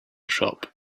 shop